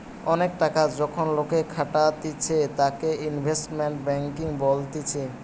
অনেক টাকা যখন লোকে খাটাতিছে তাকে ইনভেস্টমেন্ট ব্যাঙ্কিং বলতিছে